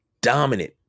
dominant